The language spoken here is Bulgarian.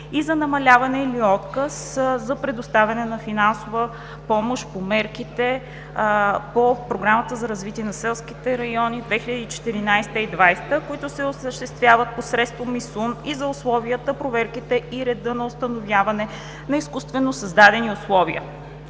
и за намаляване или отказ за предоставянето на финансовата помощ за мерките по Програмата за развитие на селските райони 2014 – 2020 г., които се осъществяват посредством ИСУН, и за условията, проверките и реда на установяване на изкуствено създадени условия.